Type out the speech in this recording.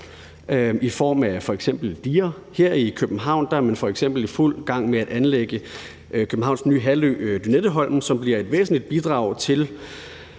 i form af f.eks. diger. Her i København er man f.eks. i fuld gang med at anlægge Københavns nye halvø Lynetteholmen, som bliver et væsentligt bidrag til